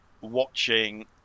watching